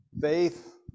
Faith